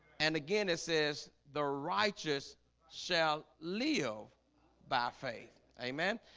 and again, it says the righteous shall live by faith amen,